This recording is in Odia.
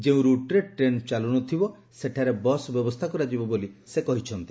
ଯେଉଁ ରୁଟ୍ରେ ଟେନ୍ ଚାଲୁ ନ ଥିବ ସେଠାରେ ବସ୍ ବ୍ୟବସ୍ଥା କରାଯିବ ବୋଲି ସେ କହିଛନ୍ତି